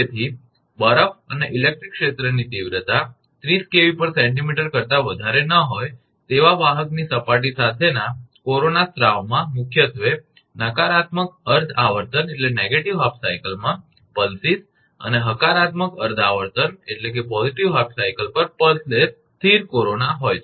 તેથી બરફ અને ઇલેક્ટ્રિક ક્ષેત્રની તીવ્રતા 30 𝑘𝑉𝑐𝑚 કરતા વધારે ન હોય તેવા વાહક સપાટી સાથેના કોરોના સ્ત્રાવમાં મુખ્યત્વે નકારાત્મક અર્ધ આવર્તનમાં પલ્સીસ અને હકારત્મક અર્ધ આવર્તન પર પલ્સલેસ સ્થિર કોરોના હોય છે